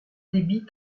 débit